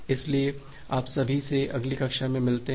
इसलिए आप सभी से अगली कक्षा में मिलते हैं